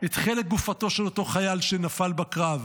את חלק גופתו של אותו חייל שנפל בקרב.